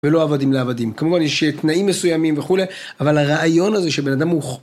ולא עבדים לעבדים, כמובן יש תנאים מסוימים וכולי, אבל הרעיון הזה שבן אדם הוא...